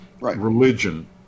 religion